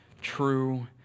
true